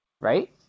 right